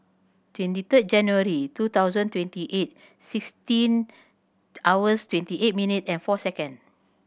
twenty third January two thousand twenty eight sixteen hours twenty eight minute and four second